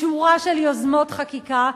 בשורה של יוזמות חקיקה.